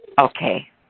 okay